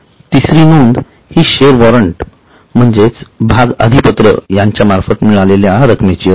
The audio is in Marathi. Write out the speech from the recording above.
तिसरी नोंद हि शेअर वॉरंट म्हणजेच भाग अधिपत्र यांच्यामार्फत मिळालेल्या रक्कमेची असते